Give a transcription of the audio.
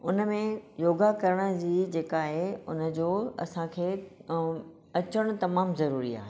हुन में योगा करण जी जेका आहे उन जो असां खे ऐं अचणु तमामु ज़रुरी आहे